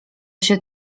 się